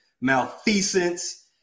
malfeasance